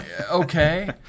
Okay